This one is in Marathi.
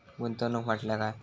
गुंतवणूक म्हटल्या काय?